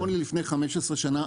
זה נכון ללפני 15 שנה,